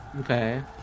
Okay